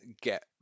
get